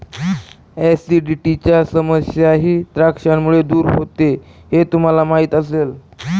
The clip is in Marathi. ऍसिडिटीची समस्याही द्राक्षांमुळे दूर होते हे तुम्हाला माहिती असेल